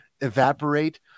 evaporate